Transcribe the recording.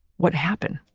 what happened.